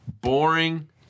Boring